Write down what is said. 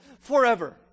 forever